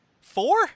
four